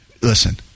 Listen